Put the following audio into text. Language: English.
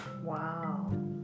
Wow